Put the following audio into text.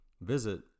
Visit